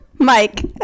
Mike